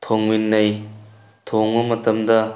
ꯊꯣꯡꯃꯤꯟꯅꯩ ꯊꯣꯡꯕ ꯃꯇꯝꯗ